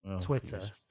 Twitter